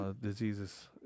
diseases